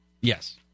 Yes